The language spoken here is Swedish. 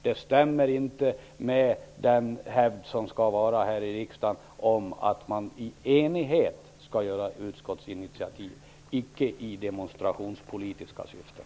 Det stämmer inte med hur det av hävd skall vara här i riksdagen: man skall i enighet ta utskottsinitiativ, icke i demonstrationspolitiska syften.